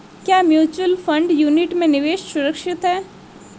क्या mutual fund unit में निवेश सुरक्षित है?